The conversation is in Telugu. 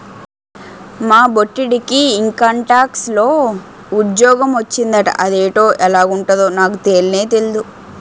మా బొట్టిడికి ఇంకంటాక్స్ లో ఉజ్జోగ మొచ్చిందట అదేటో ఎలగుంటదో నాకు తెల్నే తెల్దు